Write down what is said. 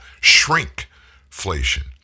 shrinkflation